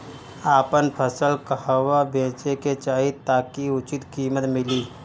आपन फसल कहवा बेंचे के चाहीं ताकि उचित कीमत मिली?